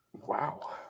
Wow